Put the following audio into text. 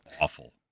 awful